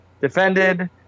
defended